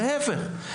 להיפך,